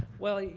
well,